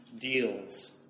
deals